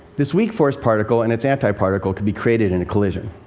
this weak force particle and its antiparticle can be created in a collision.